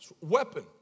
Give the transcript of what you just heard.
weapon